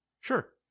sure